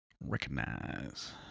Recognize